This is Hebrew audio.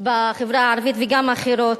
בחברה הערבית וגם אחרות.